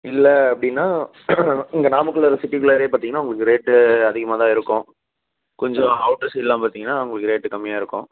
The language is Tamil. இல்லை அப்படின்னா இங்கே நமக்குள்ளார சிட்டிக்குள்ளாரையே பார்த்தீங்கன்னா உங்களுக்கு ரேட்டு அதிகமாக தான் இருக்கும் கொஞ்சம் அவுட்டர் சைடெலாம் பார்த்தீங்கன்னா உங்களுக்கு ரேட்டு கம்மியாக இருக்கும்